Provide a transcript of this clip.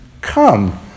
come